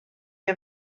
neu